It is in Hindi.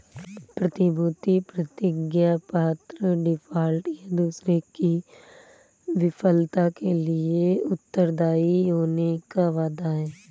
प्रतिभूति प्रतिज्ञापत्र डिफ़ॉल्ट, या दूसरे की विफलता के लिए उत्तरदायी होने का वादा है